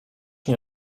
nie